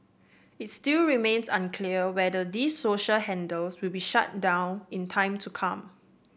it still remains unclear whether these social handles will be shut down in time to come